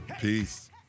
peace